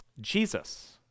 Jesus